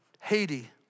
Haiti